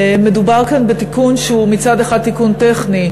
מדובר כאן בתיקון שהוא מצד אחד תיקון טכני,